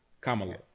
Kamala